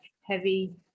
heavy